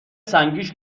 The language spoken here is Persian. سنگیش